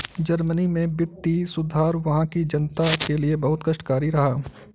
Germany में वित्तीय सुधार वहां की जनता के लिए बहुत कष्टकारी रहा